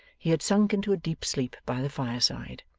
he had sunk into a deep sleep by the fireside.